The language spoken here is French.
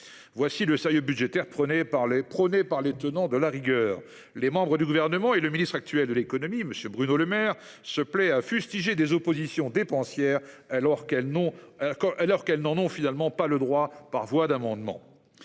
Voilà le sérieux budgétaire prôné par les tenants de la rigueur… Les membres du Gouvernement, notamment le ministre actuel de l’économie, M. Bruno Le Maire, se plaisent à fustiger des oppositions dépensières, alors qu’elles n’ont pas le droit de l’être par voie d’amendement.